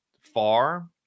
far